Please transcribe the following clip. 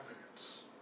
evidence